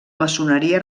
maçoneria